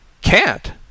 Can't